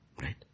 Right